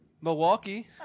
Milwaukee